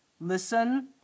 Listen